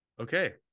okay